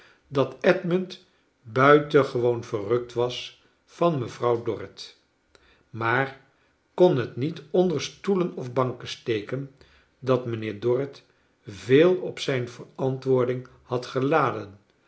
dat edmund buitengewoon verrukt was van mejuffrouw idorrit maar kon het niet onder stoelen en banken steken dat mijnheer dorrit veel op zijn verantwoording had geladen